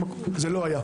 זה לא היה.